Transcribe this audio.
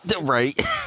Right